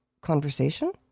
conversation